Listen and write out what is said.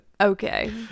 Okay